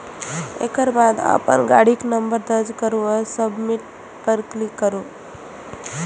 एकर बाद अपन गाड़ीक नंबर दर्ज करू आ सबमिट पर क्लिक करू